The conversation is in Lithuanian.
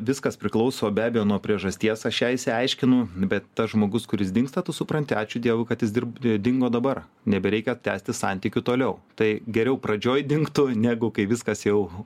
viskas priklauso be abejo nuo priežasties aš ją išsiaiškinu bet tas žmogus kuris dingsta tu supranti ačiū dievui kad jis dirb e dingo dabar nebereikia tęsti santykių toliau tai geriau pradžioj dingtų negu kai viskas jau